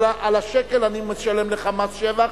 על השקל אני משלם לך מס שבח.